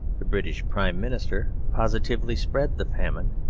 the british prime minister positively spread the famine,